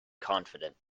confident